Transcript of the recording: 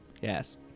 Yes